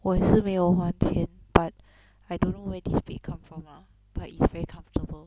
我也是没有还钱 but I don't know where this bed come from ah but it's very comfortable